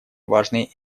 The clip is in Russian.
важной